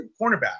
cornerback